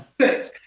Six